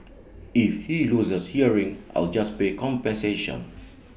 if he loses hearing I'll just pay compensation